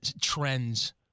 trends